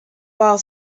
bar